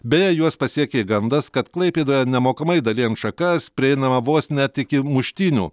beje juos pasiekė gandas kad klaipėdoje nemokamai dalijant šakas prieinama vos net iki muštynių